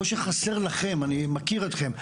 לא שהיא חסרה לכם, אני מכיר אתכם,